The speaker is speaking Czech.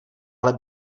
ale